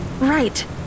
Right